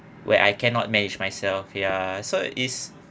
where I cannot manage myself ya so is